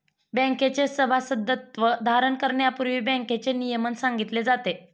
बँकेचे सभासदत्व धारण करण्यापूर्वी बँकेचे नियमन सांगितले जाते